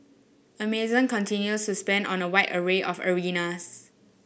Amazon continues spend on a wide array of areas